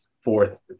fourth